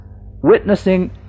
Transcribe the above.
witnessing